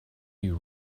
you